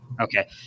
Okay